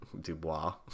dubois